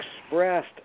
expressed